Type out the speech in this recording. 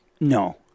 no